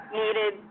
needed